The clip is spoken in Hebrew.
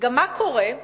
מה קורה?